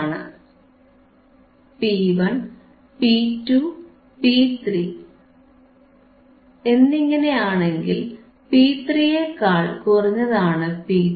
P1 peak 1 P2 peak 2 P3 peak 3 എന്നിങ്ങനെയാണെങ്കിൽ P3 യേക്കാൾ കുറഞ്ഞതാണ് P2